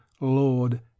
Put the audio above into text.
lord